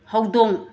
ꯍꯧꯗꯣꯡ